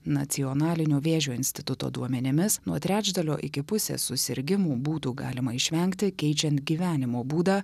nacionalinio vėžio instituto duomenimis nuo trečdalio iki pusės susirgimų būtų galima išvengti keičiant gyvenimo būdą